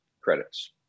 credits